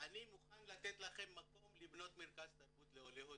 אני מוכן לתת לכם מקום לבנות מרכז תרבות לעולי הודו,